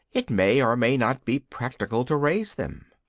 it may or may not be practical to raise them.